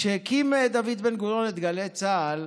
כשהקים דוד בן-גוריון את גלי צה"ל,